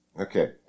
Okay